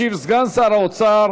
ישיב סגן שר האוצר